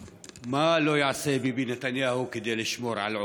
מה לא יעשה ביבי נתניהו כדי לשמור על עורו?